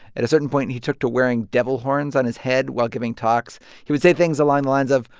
at a certain point, and he took to wearing devil horns on his head while giving talks. he would say things along the lines of,